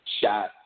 shot